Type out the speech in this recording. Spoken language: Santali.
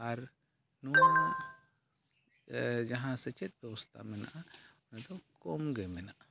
ᱟᱨ ᱱᱚᱣᱟ ᱡᱟᱦᱟᱸ ᱥᱮᱪᱮᱫ ᱵᱮᱵᱚᱥᱛᱷᱟ ᱢᱮᱱᱟᱜᱼᱟ ᱚᱱᱟᱫᱚ ᱠᱚᱢᱜᱮ ᱢᱮᱱᱟᱜᱼᱟ